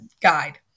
Guide